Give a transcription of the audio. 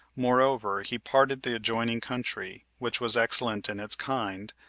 moreover, he parted the adjoining country, which was excellent in its kind,